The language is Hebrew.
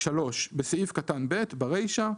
בסעיף קטן (ב) - ברישה,